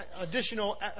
additional